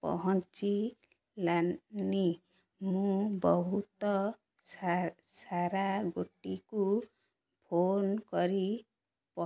ପହଞ୍ଚିଲାନି ମୁଁ ବହୁତ ସାରା ଗୋଟିକୁ ଫୋନ କରି